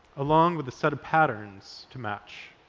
along with a set of patterns to match.